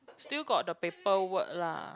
still got the paperwork lah